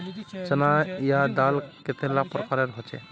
चना या दाल कतेला प्रकारेर होचे?